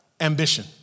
Ambition